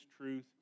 truth